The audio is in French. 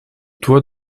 toit